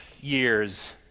years